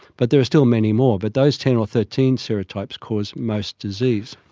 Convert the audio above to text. but there are still many more, but those ten or thirteen serotypes cause most disease.